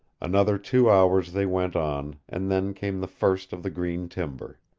another two hours they went on and then came the first of the green timber.